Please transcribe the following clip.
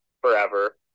forever